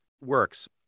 works